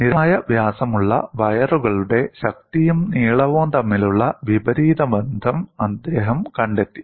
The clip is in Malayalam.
നിരന്തരമായ വ്യാസമുള്ള വയറുകളുടെ ശക്തിയും നീളവും തമ്മിലുള്ള വിപരീത ബന്ധം അദ്ദേഹം കണ്ടെത്തി